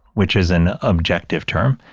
which is an objective term.